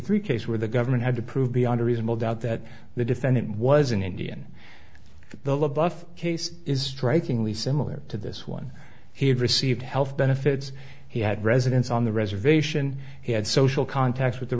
three case where the government had to prove beyond a reasonable doubt that the defendant was an indian but the above case is strikingly similar to this one he had received health benefits he had residence on the reservation he had social contacts with